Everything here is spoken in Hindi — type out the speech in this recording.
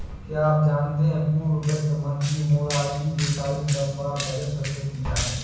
क्या आप जानते है पूर्व वित्त मंत्री मोरारजी देसाई ने दस बार बजट प्रस्तुत किया है?